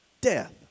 Death